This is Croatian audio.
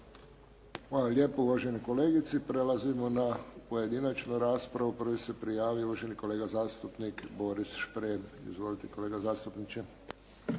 Hvala lijepo uvaženoj kolegici. Prelazimo na pojedinačnu raspravu. Prvi se prijavio uvaženi kolega zastupnik Boris Šprem. Izvolite kolega zastupniče.